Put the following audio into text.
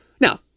Now